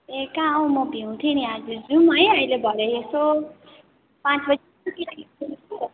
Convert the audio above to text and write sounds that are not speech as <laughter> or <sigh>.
ए कहाँ हौ म भ्याउँथेँ नि आज जाऔँ है अहिले भरे यसो पाचँ बजेतिर <unintelligible> कि